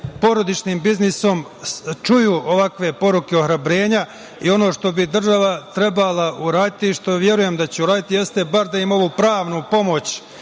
porodičnim biznisom čuju ovakve poruke ohrabrenja i ono što bi država trebala uraditi, što verujem da će uraditi, jeste barem da ima ovu pravnu pomoć